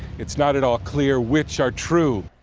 it is not at all clear which are true.